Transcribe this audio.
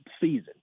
season